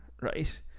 right